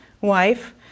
wife